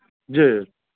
जी